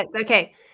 Okay